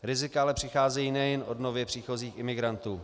Rizika ale přicházejí nejen od nově příchozích imigrantů.